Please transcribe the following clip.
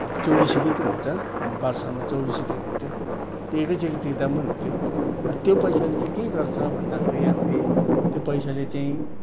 अब चौबिस रुपियाँ त हुन्छ वर्षमा चौबिस रुपियाँ हुन्थ्यो त्यो एकैचोटि तिर्दा पनि हुन्थ्यो त्यो पैसाले चाहिँ के गर्छ भन्दाखेरि हामीले त्यो पैसाले चाहिँ